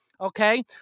Okay